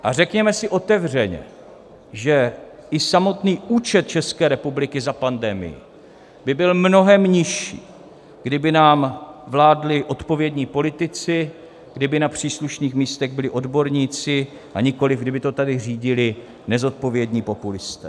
A řekněme si otevřeně, že i samotný účet České republiky za pandemii by byl mnohem nižší, kdyby nám vládli odpovědní politici, kdyby na příslušných místech byli odborníci, a nikoliv kdyby to tady řídili nezodpovědní populisté.